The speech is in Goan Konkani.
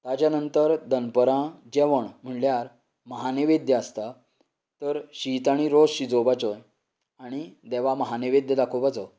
ताच्या नंतर दनपारां जेवण म्हळ्यार महानैवेद्य आसता तर शीत आनी रोस शिजोवपाचे आनी देवाक महानैवेद्य दाखोवपाचो